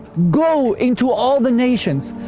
go into all the nations,